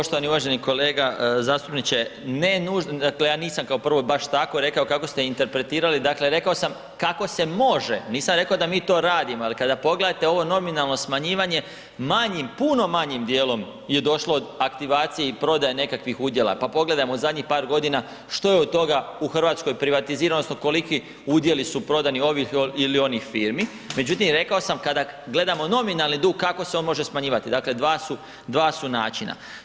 Poštovani i uvaženi kolega zastupniče, dakle ja nisam kao prvo baš tako rekao kako ste interpretirali, dakle rekao sam kako se može, nisam rekao da mi to radimo, ali kada pogledate ovo nominalno smanjivanje manjim, puno manjim dijelom je došlo od aktivacije i prodaje nekakvih udjela, pa pogledajmo u zadnjih par godina što je od toga u RH privatizirano odnosno koliki udjeli su prodani ovih ili onih firmi, međutim rekao sam kada gledamo nominalni dug kako se on može smanjivati, dakle dva su, dva su načina.